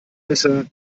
messer